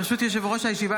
ברשות יושב-ראש הישיבה,